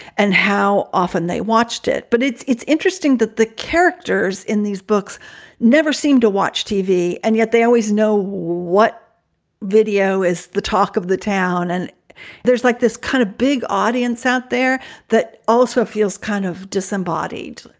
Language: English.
and how often they watched it. but it's it's interesting that the characters in these books never seem to watch tv, and yet they always know what video is, the talk of the town. and there's like this kind of big audience out there that also feels kind of disembodied.